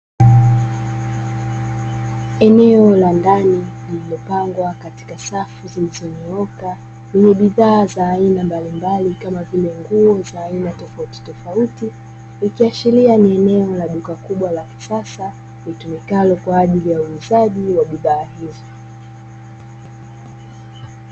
Eneo la ndani lililopangwa katika safu zilizonyooka lenye bidhaa za aina mbalimbali kama vile nguo za aina tofautitofauti, ikiashiria ni eneo la duka kubwa la kisasa litumikalo kwa ajili ya uuzaji wa bidhaa hizo.